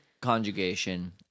conjugation